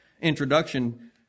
introduction